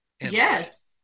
Yes